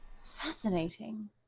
fascinating